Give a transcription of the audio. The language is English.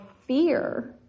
fear